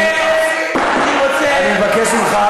אני מבקש ממך,